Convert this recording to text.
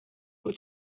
what